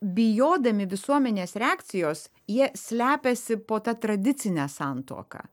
bijodami visuomenės reakcijos jie slepiasi po ta tradicine santuoka